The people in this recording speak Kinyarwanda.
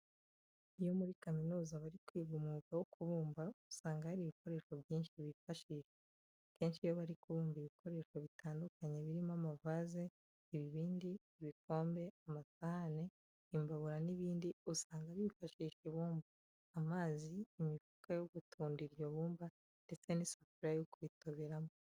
Iyo muri kaminuza bari kwiga umwuga wo kubumba usanga hari ibikoresho byinshi bifashisha. Akenshi iyo bari kubumba ibikoresho bitandukanye birimo amavaze, ibibindi, ibikombe, amasahane, imbabura n'ibindi usanga bifashisha ibumba, amazi, imifuka yo gutunda iryo bumba ndetse n'isafuriya yo kuritoberamo.